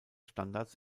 standards